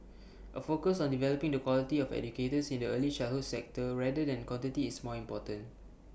A focus on developing the quality of educators in the early childhood sector rather than quantity is more important